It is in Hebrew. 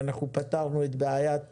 אנחנו פתרנו את בעיית